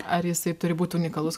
ar jisai turi būt unikalus